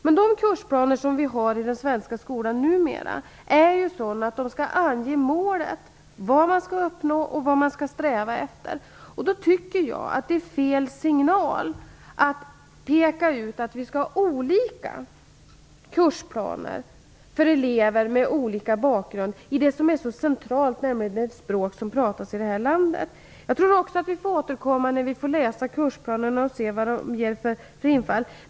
Men de kursplaner som vi numera har i den svenska skolan är sådana att de skall ange målet - vad man skall uppnå och vad man skall sträva efter. Jag tycker då att det ger fel signaler om man pekar ut att vi skall ha olika kursplaner för elever med olika bakgrund i ett så centralt ämne som det språk som talas i det här landet. Jag tror också att vi får återkomma när vi får läsa kursplanerna.